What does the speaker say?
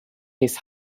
his